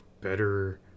better